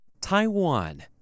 Taiwan